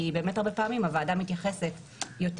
כי באמת הרבה פעמים הוועדה מתייחסת יותר